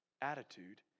attitude